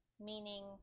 meaning